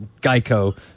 Geico